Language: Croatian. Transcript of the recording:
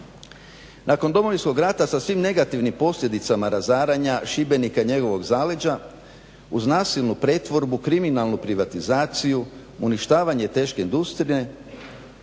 Nakon Domovinskog rata sa svim negativnim posljedicama razaranja Šibenika i njegovog zaleđa uz nasilnu pretvorbu, kriminalnu privatizaciju uništavanje teške industrije.